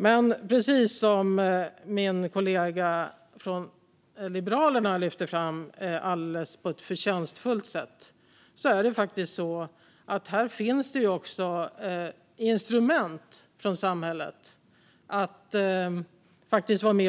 Men precis som min kollega från Liberalerna på ett förtjänstfullt sätt lyfte fram finns det faktiskt instrument från samhället så att man